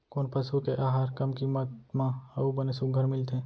कोन पसु के आहार कम किम्मत म अऊ बने सुघ्घर मिलथे?